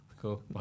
Cool